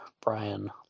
Brian